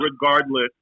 regardless